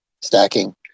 Stacking